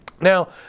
now